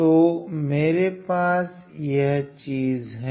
तो मेरे पास यह चीज हैं